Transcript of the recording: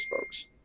folks